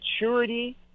maturity